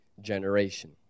generation